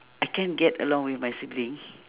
I can't get along with my siblings